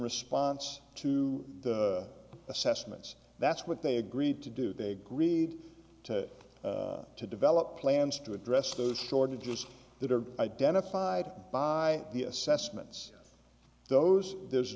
response to the assessments that's what they agreed to do they agreed to to develop plans to address those shortages that are identified by the assessments of those there's